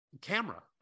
Camera